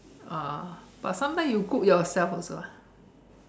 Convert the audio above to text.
oh but sometimes you cook yourself also ah